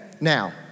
now